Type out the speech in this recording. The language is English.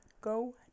go